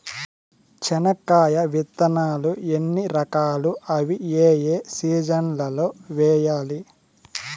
చెనక్కాయ విత్తనాలు ఎన్ని రకాలు? అవి ఏ ఏ సీజన్లలో వేయాలి?